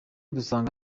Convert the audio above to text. dusanga